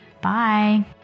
Bye